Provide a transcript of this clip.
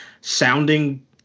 sounding